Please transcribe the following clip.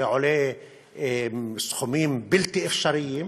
זה עולה סכומים בלתי אפשריים,